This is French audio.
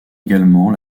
également